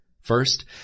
First